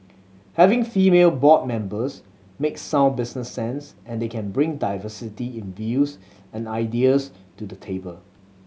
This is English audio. having female board members makes sound business sense as they can bring diversity in views and ideas to the table